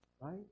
right